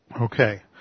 Okay